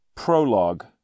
Prologue